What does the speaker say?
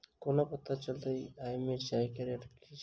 कोना पत्ता चलतै आय मिर्चाय केँ रेट की छै?